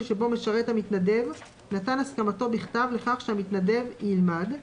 שבו משרת המתנדב נתן הסכמתו בכתב לכך שהמתנדב ילמד,